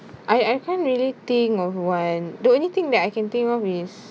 I I can't really think of one the only thing that I can think of is